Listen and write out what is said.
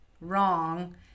wrong